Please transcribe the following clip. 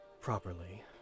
properly